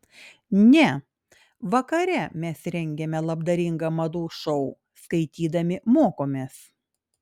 ne vakare mes rengiame labdaringą madų šou skaitydami mokomės